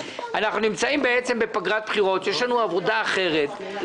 אנחנו נמצאים בעצם בפגרת בחירות כאשר יש לנו עבודה אחרת.